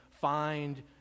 find